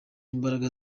imbaraga